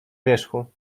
wierzchu